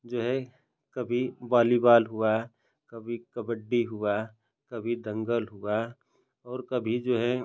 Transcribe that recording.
जो है कभी वॉलीवॉल हुआ कबड्डी हुआ कभी दंगल हुआ और कभी जो है